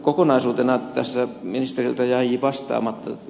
kokonaisuutena tässä ministeriltä jäi vastaamatta ed